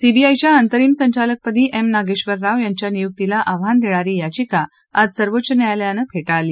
सीबीआयच्या अंतरिम संचालकपदी एम नागेश्वर राव यांच्या नियुक्तीला आव्हान देणारी याचिका आज सर्वोच्च न्यायालयानं फे ळली